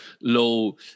low